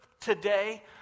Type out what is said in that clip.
today